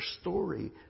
story